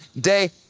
day